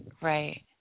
right